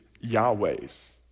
Yahweh's